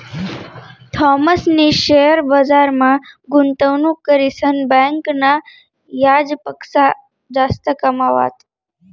थॉमसनी शेअर बजारमा गुंतवणूक करीसन बँकना याजपक्सा जास्त कमावात